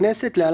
הכנסת (תיקון,